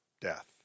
death